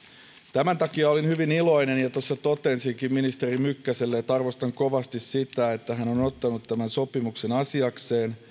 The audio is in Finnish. tämän takia olin hyvin iloinen siitä ja tuossa totesinkin ministeri mykkäselle että arvostan kovasti sitä että hän on ottanut tämän sopimuksen asiakseen